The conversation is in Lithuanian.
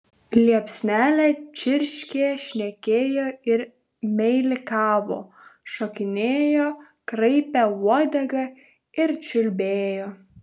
liepsnelė čirškė šnekėjo ir meilikavo šokinėjo kraipė uodegą ir čiulbėjo